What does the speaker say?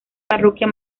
parroquia